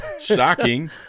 Shocking